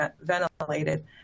ventilated